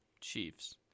Chiefs